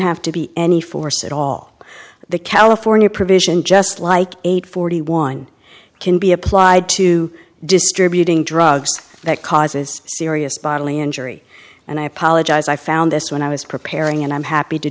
have to be any force at all the california provision just like eight forty one can be applied to distributing drugs that causes serious bodily injury and i apologize i found this when i was preparing and i'm happy to